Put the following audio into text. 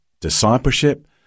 discipleship